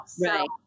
Right